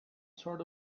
sort